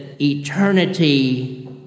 eternity